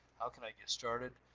how can i get started?